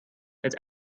het